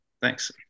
Thanks